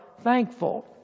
thankful